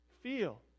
feel